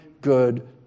good